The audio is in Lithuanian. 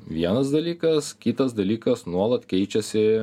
vienas dalykas kitas dalykas nuolat keičiasi